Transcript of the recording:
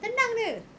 tendang dia